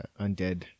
undead